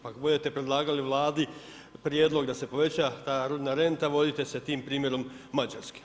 Pa kad budete predlagali Vladi prijedlog da se poveća ta rudna renta vodite se tim primjerom Mađarske.